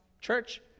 church